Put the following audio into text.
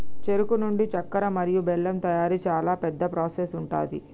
చెరుకు నుండి చెక్కర మరియు బెల్లం తయారీ చాలా పెద్ద ప్రాసెస్ ఉంటది